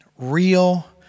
real